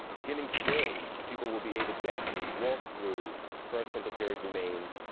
beginning today, people will be able to actually walk through first temple period remains,